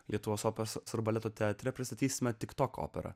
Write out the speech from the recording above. lietuvos operos ir baleto teatre pristatysime tiktoko per